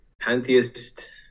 pantheist